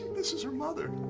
misses her mother.